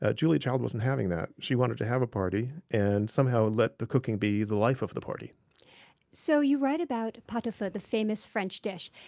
ah julia child wasn't having that she wanted to have a party and somehow let the cooking be the life of the party so you write about pot au feu, the famous french dish,